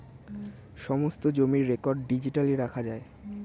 সমস্ত জমির record digitally রাখা যায়